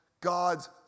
God's